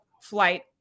flight